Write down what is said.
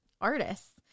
artists